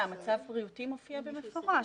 מצב בריאותי מופיע במפורש.